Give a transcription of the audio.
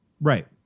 Right